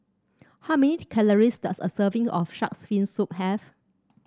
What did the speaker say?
how many calories does a serving of shark's fin soup have